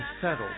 settled